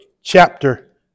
chapter